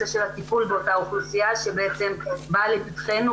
של הטיפול באותה אוכלוסייה שבעצם באה לפתחנו,